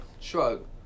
Shrug